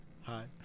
Hi